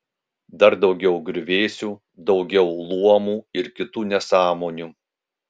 dar daugiau griuvėsių daugiau luomų ir kitų nesąmonių